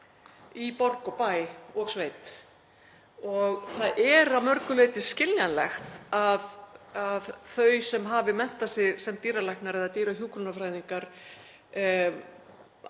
í borg og bæ og sveit. Það er að mörgu leyti skiljanlegt að þau sem hafa menntað sig sem dýralæknar eða dýrahjúkrunarfræðingar velji